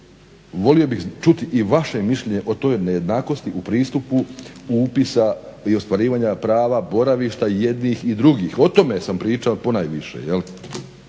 volio bih čuti i vaše mišljenje o toj nejednakosti u pristupu upisa i ostvarivanja prava boravišta jednih i drugih. O tome sam pričao ponajviše.